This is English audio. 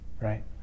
right